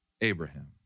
Abraham